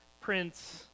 Prince